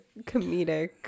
comedic